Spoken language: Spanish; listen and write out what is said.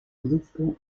grupo